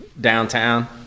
downtown